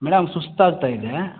madam ಸುಸ್ತು ಆಗ್ತಾಯಿದೆ